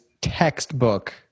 textbook-